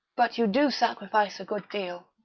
but you do sacrifice a good deal.